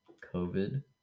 COVID